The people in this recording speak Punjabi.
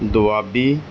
ਦੁਆਬੀ